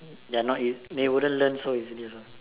ya not if they wouldn't learn so easily also